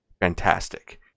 fantastic